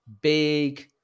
big